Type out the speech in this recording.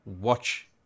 watch